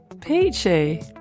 Peachy